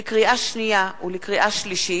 שולחן הכנסת, לקריאה שנייה ולקריאה שלישית: